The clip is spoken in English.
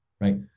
right